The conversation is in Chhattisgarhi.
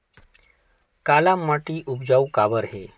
काला माटी उपजाऊ काबर हे?